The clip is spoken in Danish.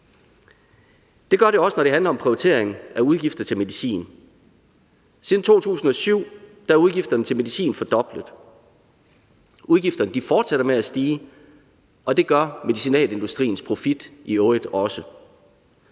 Det skal vi også, når det handler om prioritering af udgifter til medicin. Siden 2007 er udgifterne til medicin fordoblet. Udgifterne fortsætter med at stige, og det gør medicinalindustriens profit i øvrigt også.